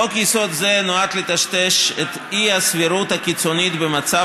חוק-יסוד זה נועד לטשטש את האי-סבירות הקיצונית במצב